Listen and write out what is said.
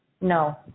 No